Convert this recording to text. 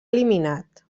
eliminat